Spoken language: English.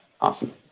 Awesome